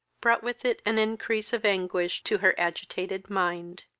brought with it an increase of anguish to her agitated mind.